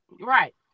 Right